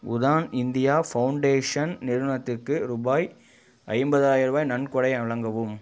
Udaan India foundation நிறுவனத்துக்கு ரூபாய் ஐம்பதாயிரூபாய் நன்கொடை வழங்கவும்